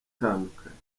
itandukanye